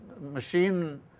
machine